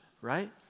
right